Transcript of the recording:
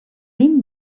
vint